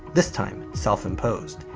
this time self-imposed.